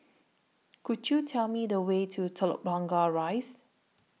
Could YOU Tell Me The Way to Telok Blangah Rise